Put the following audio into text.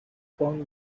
found